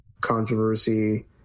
controversy